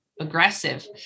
aggressive